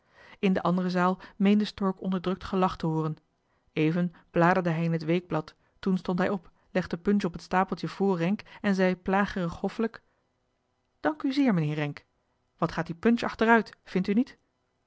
in de andere zaal meende stork onderdrukt gelach te hooren even bladerde hij in het weekblad toen stond hij op legde punch op het stapeltje vr renck en zei plagerig hoffelijk dank u zeer meneer renck wat gaat die punch achteruit vindt u niet